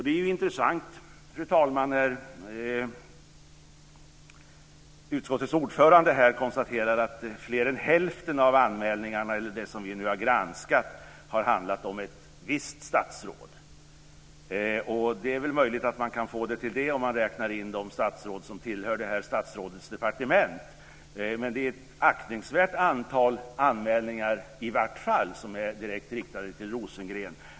Det är intressant, fru talman, när utskottets ordförande här konstaterar att fler än hälften av anmälningarna, eller de som vi nu har granskat, har handlat om ett visst statsråd. Det är väl möjligt att man kan få det till det om man räknar in de statsråd som tillhör detta statsråds departement, men det är i varje fall ett aktningsvärt antal anmälningar som är direkt riktade till Rosengren.